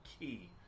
key